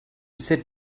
sit